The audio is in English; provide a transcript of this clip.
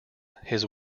his